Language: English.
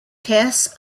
tess